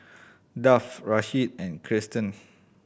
Duff Rasheed and Kiersten